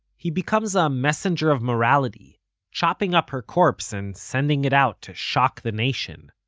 he becomes a messenger of morality chopping up her corpse and sending it out to shock the nation.